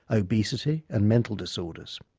obesity and mental disorders.